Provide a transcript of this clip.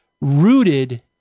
rooted